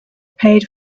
paid